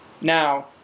now